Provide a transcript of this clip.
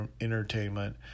entertainment